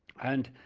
and